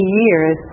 years